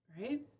Right